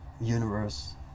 universe